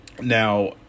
Now